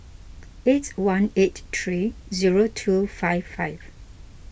eight one eight three zero two five five